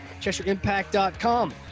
CheshireImpact.com